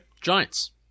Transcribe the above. Giants